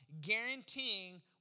guaranteeing